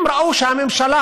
הם ראו שהממשלה